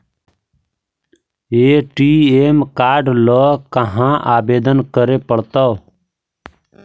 ATM card ल कहा आवेदन करे पड़तै?